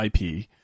IP